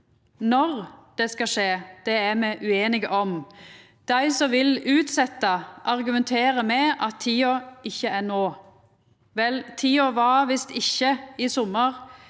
Når det skal skje, er me ueinige om. Dei som vil utsetja, argumenterer med at tida ikkje er no. Vel, tida var visst ikkje i sommar,